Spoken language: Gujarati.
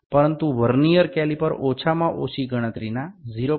પરંતુ વર્નીઅર કેલિપર ઓછામાં ઓછી ગણતરીના 0